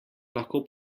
lahko